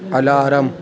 alarm